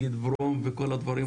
ברום וכל הדברים האלה?